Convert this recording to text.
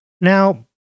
Now